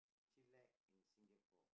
chillax in Singapore